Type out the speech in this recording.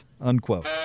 unquote